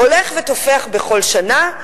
הולך ותופח בכל שנה.